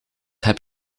heb